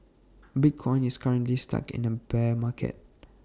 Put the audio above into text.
bitcoin is currently stuck in A bear market